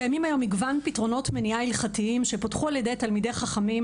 קיימים היום מגוון פתרונות מניעה הלכתיים שפותחו על ידי תלמידי חכמים,